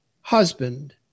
husband